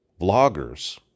vloggers